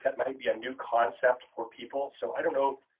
that might be a new concept for people. so i don't know.